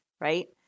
Right